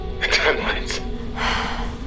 timelines